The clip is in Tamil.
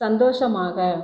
சந்தோஷமாக